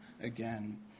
again